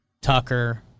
Tucker